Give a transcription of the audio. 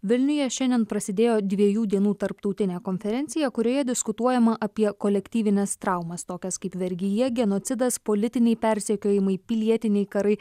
vilniuje šiandien prasidėjo dviejų dienų tarptautinė konferencija kurioje diskutuojama apie kolektyvines traumas tokias kaip vergija genocidas politiniai persekiojimai pilietiniai karai